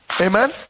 Amen